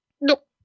Nope